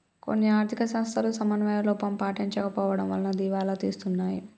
కొన్ని ఆర్ధిక సంస్థలు సమన్వయ లోపం పాటించకపోవడం వలన దివాలా తీస్తున్నాయి